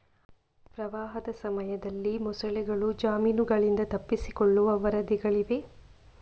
ಪ್ರವಾಹದ ಸಮಯದಲ್ಲಿ ಮೊಸಳೆಗಳು ಜಮೀನುಗಳಿಂದ ತಪ್ಪಿಸಿಕೊಳ್ಳುವ ವರದಿಗಳಿವೆ